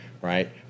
right